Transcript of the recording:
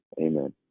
Amen